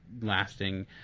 lasting